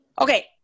okay